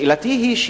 שאלתי היא: